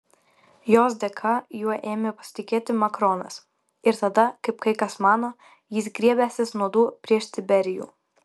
jos dėka juo ėmė pasitikėti makronas ir tada kaip kai kas mano jis griebęsis nuodų prieš tiberijų